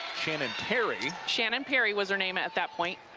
shannon perry shannon perry was her name at that point.